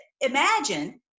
imagine